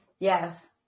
Yes